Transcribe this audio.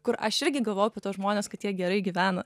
kur aš irgi galvojau apie tuos žmones kad jie gerai gyvena